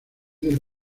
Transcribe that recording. del